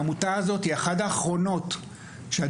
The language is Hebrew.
העמותה הזו היא אחת מהאחרונות שעדיין